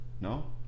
No